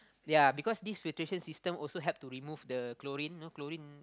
yea because this filtration system also help to remove the chlorine you know chlorine